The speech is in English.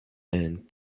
and